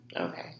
Okay